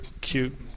cute